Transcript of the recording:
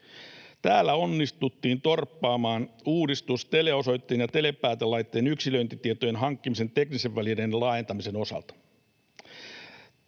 Täällä onnistuttiin torppaamaan uudistus teleosoitteen ja telepäätelaitteen yksilöintitietojen hankkimisen teknisten välineiden laajentamisen osalta.